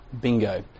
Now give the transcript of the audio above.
Bingo